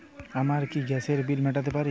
আমি কি গ্যাসের বিল মেটাতে পারি?